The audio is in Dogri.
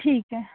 ठीक ऐ